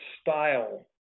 style